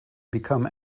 become